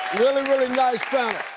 really, really nice panel.